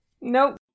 Nope